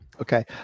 Okay